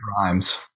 rhymes